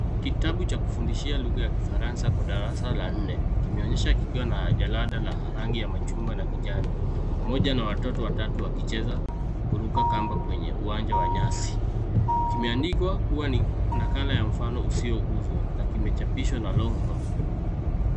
Kitabu cha kufundishia lugha kifaransa kwa darasa la nne, kimeonyeshwa kikiwa na jalada la rangi ya machungwa na kijani, pamoja na watoto watatu wakicheza, kuruka kamba kwenye uwanja wa nyasi. Kimeandikwa kuwa ni nakala ya mfano usio uzwa na kimechapishwa na Longhorn.